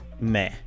meh